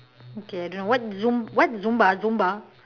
okay I don't know what zum~ what zumba zumba